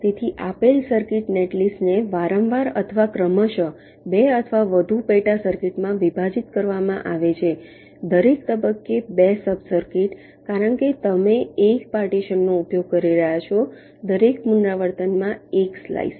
તેથી આપેલ સર્કિટ નેટલિસ્ટને વારંવાર અથવા ક્રમશઃ બે અથવા વધુ પેટા સર્કિટમાં વિભાજિત કરવામાં આવે છે દરેક તબક્કે બે સબ સર્કિટ કારણ કે તમે 1 પાર્ટીશનનો ઉપયોગ કરી રહ્યા છો દરેક પુનરાવર્તનમાં 1 સ્લાઈસ